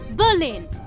Berlin